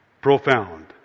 Profound